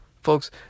Folks